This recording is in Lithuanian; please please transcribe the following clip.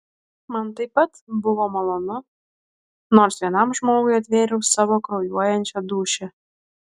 man taip pat buvo malonu nors vienam žmogui atvėriau savo kraujuojančią dūšią